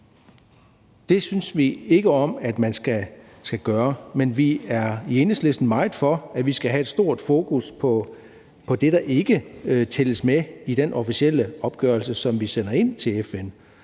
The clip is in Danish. Det synes vi ikke om at man skal gøre, men vi i Enhedslisten er meget for, at vi skal have et stort fokus på det, der ikke tælles med i den officielle opgørelse, som vi sender ind til FN.